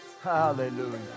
Hallelujah